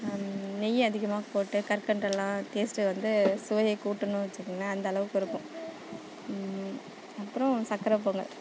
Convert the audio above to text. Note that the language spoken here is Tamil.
நெய் அதிகமாக போட்டால் கற்கண்டெல்லாம் டேஸ்ட்டு வந்து சுவை கூட்டணும்னு வச்சிங்களேன் அந்தளவுக்கு இருக்கும் அப்பறம் சக்கரை பொங்கல்